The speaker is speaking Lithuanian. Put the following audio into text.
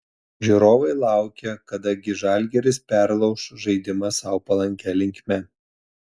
žiūrovai laukė kada gi žalgiris perlauš žaidimą sau palankia linkme